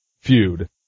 feud